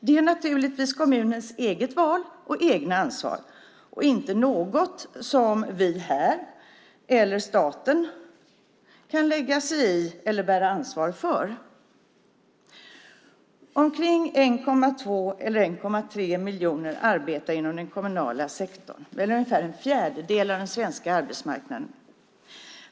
Detta är naturligtvis kommunens eget val och ansvar och inte något som vi här eller staten kan lägga sig i eller bära ansvar för. Omkring 1,2 eller 1,3 miljoner arbetar i den kommunala sektorn. Den är ungefär en fjärdedel av den svenska arbetsmarknaden.